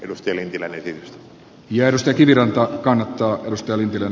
mika lintilä veti järstä kivirantaa kannattaa nostaa lintilän